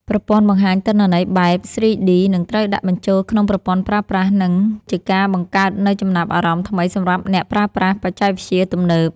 ប្រព័ន្ធបង្ហាញទិន្នន័យបែប ស្រ៊ី-ឌី នឹងត្រូវដាក់បញ្ចូលក្នុងប្រព័ន្ធប្រើប្រាស់ និង ជាការបង្កើតនូវចំណាប់អារម្មណ៍ថ្មីសម្រាប់អ្នកប្រើប្រាស់បច្ចេកវិទ្យាទំនើប។